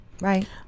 right